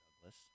Douglas